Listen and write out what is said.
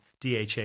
DHA